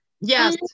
yes